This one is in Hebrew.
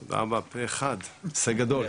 תודה רבה, פה אחד, הישג גדול.